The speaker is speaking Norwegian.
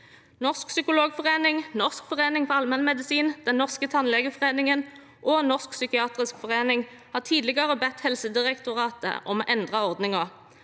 Norsk Psykologforening, Norsk forening for allmennmedisin, Den norske tannlegeforening og Norsk psykiatrisk forening har tidligere bedt Helsedirektoratet om å endre ordningen.